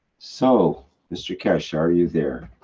so mr. keshe, are you there?